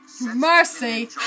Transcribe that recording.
Mercy